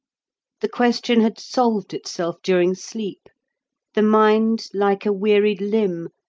the question had solved itself during sleep the mind, like a wearied limb,